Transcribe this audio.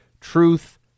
Truth